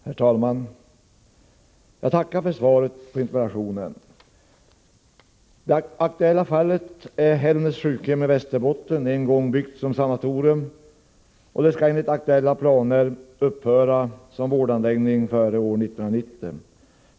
Herr talman! Jag tackar för svaret på interpellationen. Det aktuella fallet är Hällnäs sjukhem i Västerbotten, en gång byggt som sanatorium. Det skall enligt aktuella planer upphöra som vårdanläggning före år 1990.